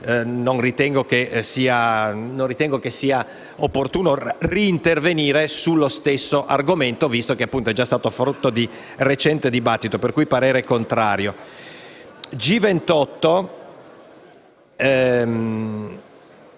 Non ritengo che sia opportuno reintervenire sullo stesso argomento, visto che è già stato oggetto di recente dibattito; esprimo pertanto un parere contrario.